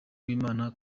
w’imana